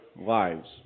lives